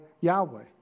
Yahweh